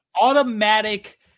Automatic